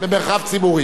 מבקר רשמי),